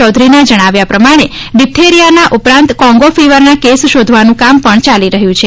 ચૌધરીના જણાવ્યા પ્રમાણે ડિપ્યેરીયા ઉપરાંત કોંગો ફીવરના કેસ શોધવાનું કામ પણ યાલી રહ્યું છે